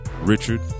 Richard